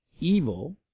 Evil